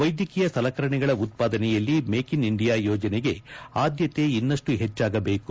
ವೈದ್ಯಕೀಯ ಸಲಕರಣೆಗಳ ಉತ್ಪಾದನೆಯಲ್ಲಿ ಮೇಕ್ ಇನ್ ಇಂಡಿಯಾ ಯೋಜನೆಗೆ ಆದ್ಯತೆ ಇನ್ನಷ್ಟು ಹೆಚ್ಚಾಗಬೇಕು